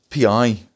Pi